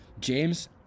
James